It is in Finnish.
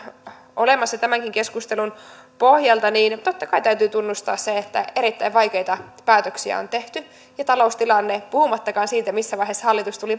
olemassa tämänkin keskustelun pohjalta totta kai täytyy tunnustaa se että erittäin vaikeita päätöksiä on tehty ja taloustilanne puhumattakaan siitä missä vaiheessa hallitus tuli